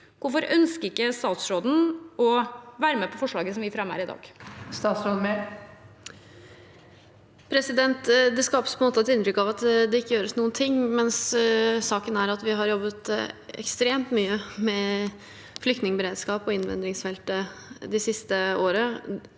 Hvorfor ønsker ikke statsråden å være med på forslaget vi fremmer her i dag? Statsråd Emilie Mehl Det skapes på en måte et inntrykk av at det ikke gjøres noen ting, men saken er at vi har jobbet ekstremt mye med flyktningberedskap og innvandringsfeltet de siste årene,